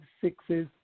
sixes